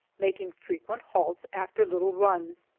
making frequent halts after little runs,